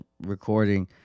recording